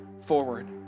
forward